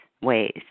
ways